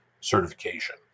certification